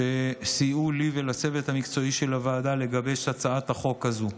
שסייעו לי ולצוות המקצועי של הוועדה לגבש את הצעת החוק הזאת.